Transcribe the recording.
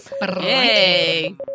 Hey